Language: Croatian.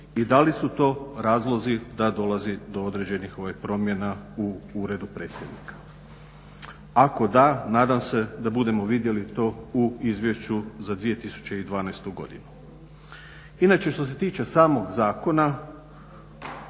i da li su to razlozi da dolazi do određenih promjena u uredu predsjednika? Ako da, nadam se da budemo vidjeli to u Izvješću za 2012. godinu. Inače, što se tiče samog zakona